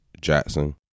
Jackson